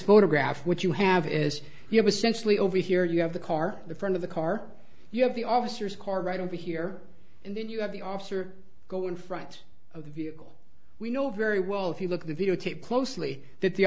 photograph what you have is you know essentially over here you have the car the front of the car you have the officer's car right over here and then you have the officer go in front of the vehicle we know very well if you look at the videotape closely that the